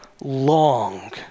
long